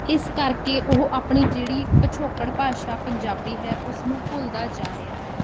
ਇਸ ਕਰਕੇ ਉਹ ਆਪਣੀ ਜਿਹੜੀ ਪਿਛੋਕੜ ਭਾਸ਼ਾ ਪੰਜਾਬੀ ਹੈ ਉਸਨੂੰ ਭੁੱਲਦਾ ਜਾ ਰਿਹਾ ਹੈ